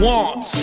Want